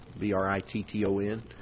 B-R-I-T-T-O-N